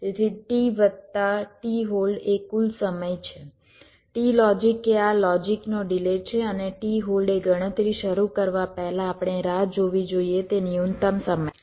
તેથી t logic વત્તા t hold એ કુલ સમય છે t લોજિક એ આ લોજિકનો ડિલે છે અને t હોલ્ડ એ ગણતરી શરૂ કરવા પહેલાં આપણે રાહ જોવી જોઈએ તે ન્યૂનતમ સમય છે